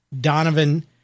Donovan